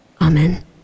Amen